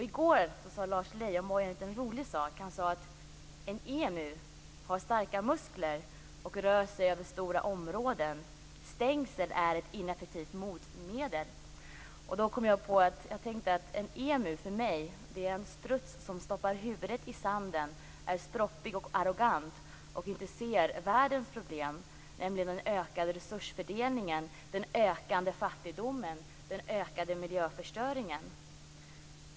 I går sade Lars Leijonborg en rolig sak. Han sade att en emu har starka muskler och rör sig över stora områden. Stängsel är ett ineffektivt motmedel. Jag tänkte då att en emu för mig är en struts som stoppar huvudet i sanden, är stroppig och arrogant och inte ser världens problem, nämligen bristen på resursfördelning, den ökande fattigdomen och den förvärrade miljöförstöringen.